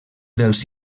dels